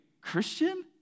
Christian